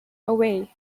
away